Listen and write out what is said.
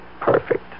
perfect